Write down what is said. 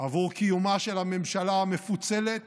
עבור קיומה של הממשלה המפוצלת